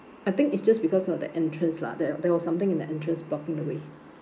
I think it's just because of the entrance lah there there was something in the entrance blocking the way